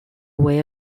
way